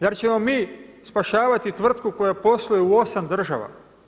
Zar ćemo mi spašavati tvrtku koja posluje u osam država?